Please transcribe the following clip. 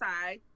side